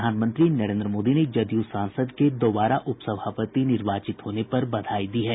प्रधानमंत्री नरेन्द्र मोदी ने जदयू सांसद के दोबारा उपसभापति निर्वाचित होने पर बधाई दी है